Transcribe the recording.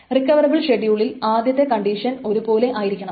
recoverable ഷെഡ്യൂളിൽ ആദ്യത്തെ condition ഒരു പോലെ ആയിരിക്കണം